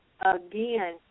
again